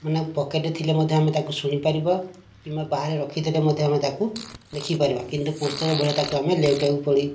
ମାନେ ପକେଟରେ ଥିଲେ ମଧ୍ୟ ଆମେ ତାକୁ ଶୁଣିପାରିବା କିମ୍ବା ବାହାରେ ରଖିଦେଲେ ମଧ୍ୟ ଆମେ ତାକୁ ଦେଖିପାରିବା କିନ୍ତୁ ପୁସ୍ତକ ଭଳିଆ ତାକୁ ଆମେ ଲେଉଟାଇକି ପଢ଼ି